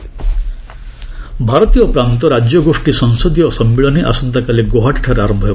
Assam conference ଭାରତୀୟ ପ୍ରାନ୍ତ ରାଜ୍ୟଗୋଷ୍ଠୀ ସଂସଦୀୟ ସମ୍ମିଳନୀ ଆସନ୍ତାକାଲି ଗୌହାଟୀଠାରେ ଆରମ୍ଭ ହେବ